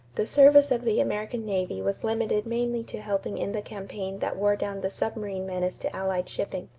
the service of the american navy was limited mainly to helping in the campaign that wore down the submarine menace to allied shipping.